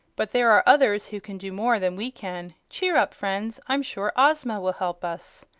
but there are others who can do more than we can. cheer up, friends. i'm sure ozma will help us.